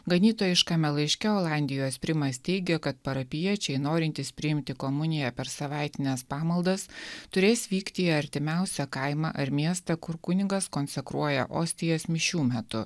ganytojiškame laiške olandijos primas teigia kad parapijiečiai norintys priimti komuniją per savaitines pamaldas turės vykti į artimiausią kaimą ar miestą kur kunigas konsekruoja ostijas mišių metu